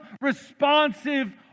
responsive